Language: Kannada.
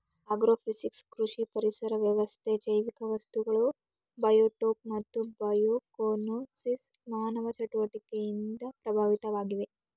ಆಗ್ರೋಫಿಸಿಕ್ಸ್ ಕೃಷಿ ಪರಿಸರ ವ್ಯವಸ್ಥೆ ಜೈವಿಕ ವಸ್ತುಗಳು ಬಯೋಟೋಪ್ ಮತ್ತು ಬಯೋಕೋನೋಸಿಸ್ ಮಾನವ ಚಟುವಟಿಕೆಯಿಂದ ಪ್ರಭಾವಿತವಾಗಿವೆ